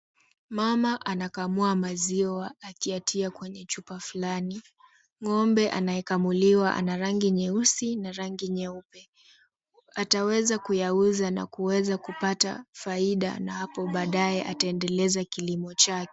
Mama anakamua maziwa akiyatia kwenye chupa fulani. Ng'ombe anayekamuliwa ana rangi nyeusi na rangi nyeupe. Ataweza kuyauza na kuweza kupata faida na hapo baadaye ataendeleza kilimo chake.